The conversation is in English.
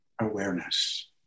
awareness